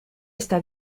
está